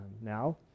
now